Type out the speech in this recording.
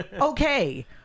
okay